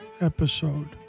episode